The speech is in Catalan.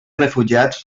refugiats